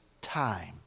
time